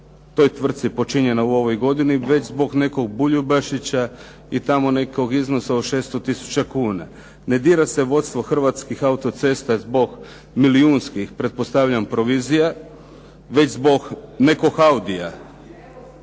toj tvrtci počinjena u ovoj godini, već zbog nekog Buljubašića i tamo nekog iznosa od 600 tisuća kuna. Ne dira se vodstvo HAC-a zbog milijunskih pretpostavljam provizija već zbog nekog Audija.